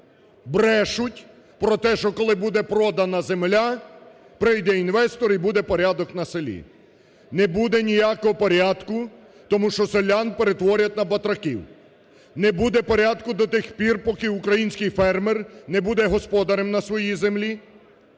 брешуть про те, що коли буде продана земля, прийде інвестор і буде порядок на селі. Не буде ніякого порядку, тому що селян перетворять на батраків, не буде порядку до тих пір, поки український фермер не буде господарем на своїй землі.